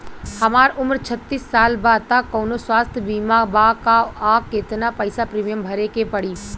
हमार उम्र छत्तिस साल बा त कौनों स्वास्थ्य बीमा बा का आ केतना पईसा प्रीमियम भरे के पड़ी?